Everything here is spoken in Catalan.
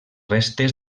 restes